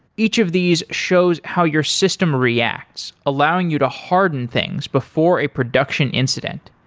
each of these shows how your system reacts allowing you to harden things before a production incident.